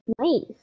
nice